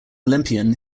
olympian